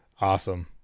Awesome